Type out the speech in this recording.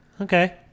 Okay